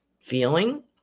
Feeling